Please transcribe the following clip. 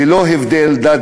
ללא הבדל דת,